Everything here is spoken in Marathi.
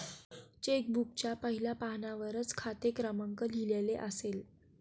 चेक बुकच्या पहिल्या पानावरच खाते क्रमांक लिहिलेला असेल